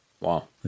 Wow